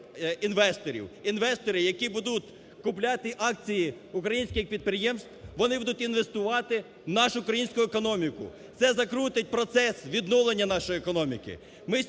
Інвестори, які будуть купувати акції українських підприємств, вони будуть інвестувати нашу українську економіку. Це закрутить процес відновлення нашої економіки.